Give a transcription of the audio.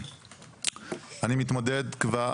אני מתמודד כבר,